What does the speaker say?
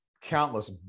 countless